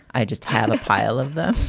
i just have a pile of them.